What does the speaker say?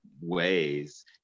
ways